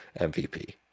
MVP